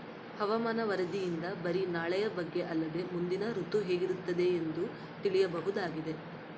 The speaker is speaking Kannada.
ಹವಾಮಾನ ವರದಿಯಿಂದ ಬರಿ ನಾಳೆಯ ಬಗ್ಗೆ ಅಲ್ಲದೆ ಮುಂದಿನ ಋತು ಹೇಗಿರುತ್ತದೆಯೆಂದು ತಿಳಿಯಬಹುದಾಗಿದೆ